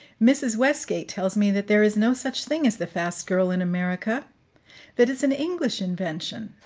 mrs. westgate tells me that there is no such thing as the fast girl in america that it's an english invention,